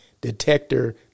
detector